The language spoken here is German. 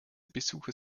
besucher